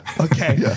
Okay